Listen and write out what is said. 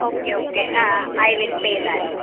okay okay ah I will pay that